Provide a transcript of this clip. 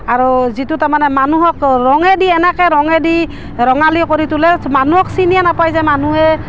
আৰু যিটো তাৰমানে মানুহক ৰঙে দি এনেকৈ ৰঙে দি ৰঙালী কৰি তোলে মানুহক চিনিয়েই নাপায় যে মানুহে